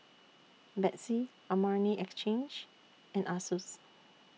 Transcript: Betsy Armani Exchange and Asus